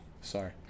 Sorry